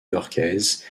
yorkaise